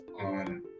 on